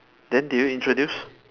then did you introduce